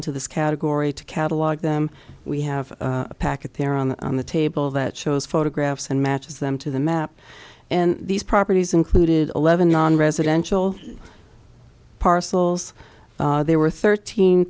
into this category to catalog them we have a package there on the on the table that shows photographs and matches them to the map and these properties included eleven nonresidential parcels there were thirteen